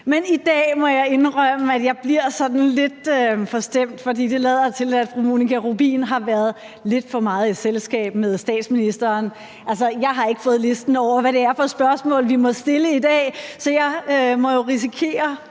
Man i dag må jeg indrømme at jeg bliver sådan lidt forstemt, for det lader til, at fru Monika Rubin har været lidt for meget i selskab med statsministeren. Jeg har ikke fået listen over, hvad det er for spørgsmål, vi må stille i dag, så jeg må jo vove